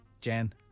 Jen